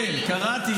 כן, קראתי.